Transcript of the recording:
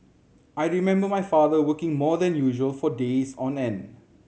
I remember my father working more than usual for days on end